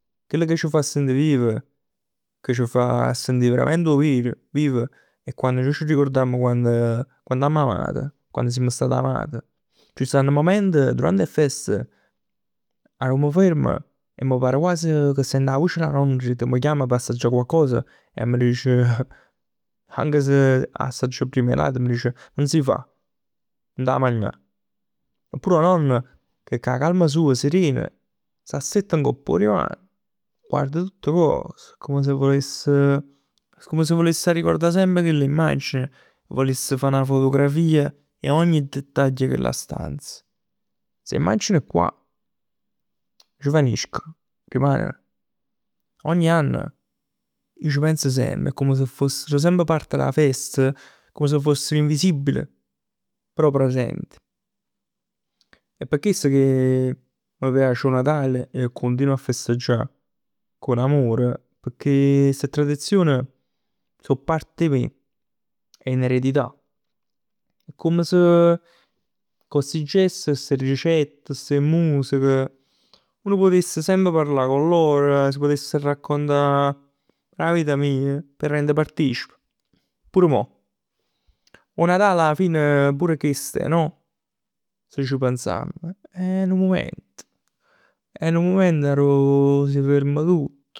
Chell ca c' fa sentì viv, che ci fa sentì verament viv viv. È quann nuje c'arricurdamm quando ammo amat, quann simm stat amat. Ci stanno mument durante 'e feste arò m' ferm 'e par quasi ca sento 'a voce d' 'a nonna che m' chiama p' assaggià coccos e m' dice. Anche se assaggio primm 'e ll'ate m'dice nun si fa. Nun t' 'a magnà. Oppure 'o nonno che cu 'a calma soja, sereno, s'assetta ngopp 'o divan, guarda tutt cos, come se vuless, come se vuless semp arricurdà chell'immagine e vuless fa 'na fotografia 'e ogni dettaglio 'e chella stanza. St'immagine qua nun svniscono. Rimaneno. Ogni ann ij c' pens semp. È come se fossero semp parte d' 'a festa. Come se fossero invisibil però presenti. È p' chest che m' piace 'o Natale e continuo a festeggià con amore, pecchè ste tradizioni so part 'e me. È n'eredità. Comm se, cu sti gesti, ste ricette, ste musiche, uno putess semp parlà cu loro. S' putess raccontà 'a vita mij p' rende partecipe. Pur mò. 'O Natal 'a fine pure chest è no? Se c' pensamm. È nu mument. È nu mument addo s' ferma tutt.